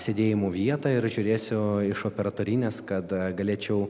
sėdėjimo vietą ir žiūrėsiu iš operatorinės kad galėčiau